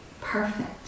perfect